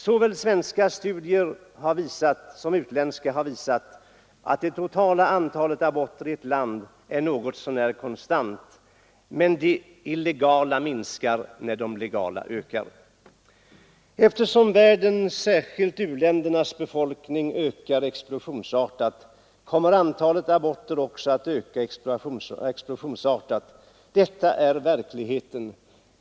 Såväl svenska som utländska studier har visat att det totala antalet aborter i ett land är något så när konstant, men att de illegala minskar när de legala ökar. 4) Eftersom världens, särskilt u-ländernas, befolkning ökar explosionsartat kommer antalet aborter också att öka explosionsartat. Detta är verkligheten.